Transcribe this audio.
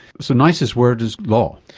so nice's word is law.